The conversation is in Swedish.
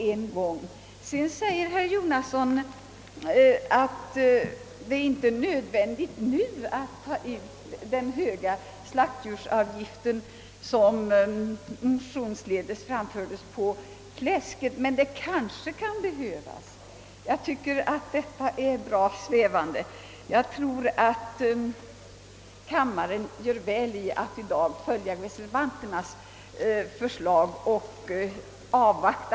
Vidare sade herr Jonasson att det inte är nödvändigt att för närvarande ta ut den högre slaktdjursavgiften för svin, som man föreslagit i motionerna, men att det kanske kommer att bli nödvändigt. Jag tycker att detta resonemang är mycket svävande och tror att kammarens ledamöter gör klokt i att i dag följa reservanternas förslag och avvakta,